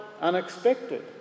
unexpected